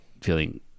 feeling